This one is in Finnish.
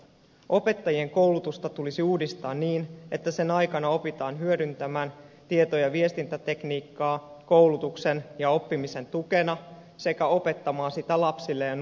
opettajien koulutusta tulisi uudistaa niin että sen aikana opitaan hyödyntämään tieto ja viestintätekniikkaa koulutuksen ja oppimisen tukena sekä opettamaan sitä lapsille ja nuorille